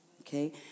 okay